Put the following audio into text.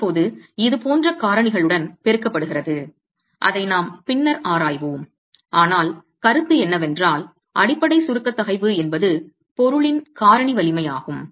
இப்போது இது பிற காரணிகளுடன் பெருக்கப்படுகிறது அதை நாம் பின்னர் ஆராய்வோம் ஆனால் கருத்து என்னவென்றால் அடிப்படை சுருக்க தகைவு என்பது பொருளின் காரணி வலிமையாகும்